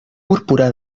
púrpura